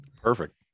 Perfect